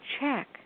check